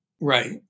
Right